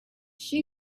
she